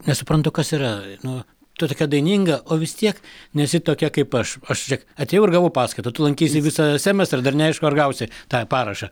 nesuprantu kas yra nu tu tokia daininga o vis tiek nesi tokia kaip aš aš žėk atėjau ir gavau paskaitą tu lankysi visą semestrą ir dar neaišku ar gausi tą parašą